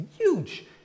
huge